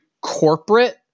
corporate